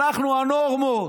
אנחנו הנורמות.